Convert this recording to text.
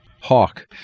Hawk